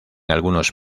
algunos